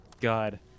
God